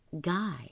guy